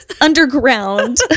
Underground